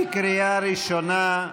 בקריאה הראשונה.